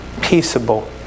Peaceable